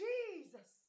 Jesus